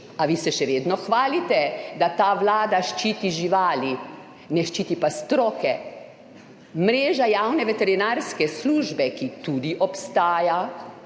a vi se še vedno hvalite, da ta vlada ščiti živali. Ne ščiti pa stroke. Mreža javne veterinarske službe, ki tudi obstaja,